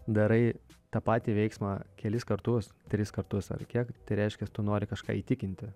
darai tą patį veiksmą kelis kartus tris kartus ar kiek tai reiškias tu nori kažką įtikinti